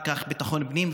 ואחר כך השר ביטחון הפנים,